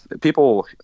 People